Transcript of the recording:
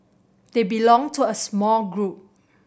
they belong to a small group